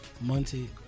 Monty